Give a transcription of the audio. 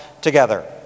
together